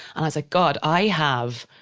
i was like, god, i have,